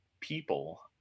people